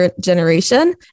generation